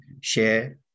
share